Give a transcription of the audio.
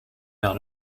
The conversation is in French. vers